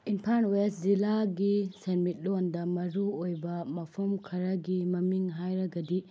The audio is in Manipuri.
ꯏꯝꯐꯥꯟ ꯋꯦꯁ ꯖꯤꯂꯥꯒꯤ ꯁꯦꯟꯃꯤꯠꯂꯣꯟꯗ ꯃꯔꯨꯑꯣꯏꯕ ꯃꯐꯝ ꯈꯔꯒꯤ ꯃꯃꯤꯡ ꯍꯥꯏꯔꯒꯗꯤ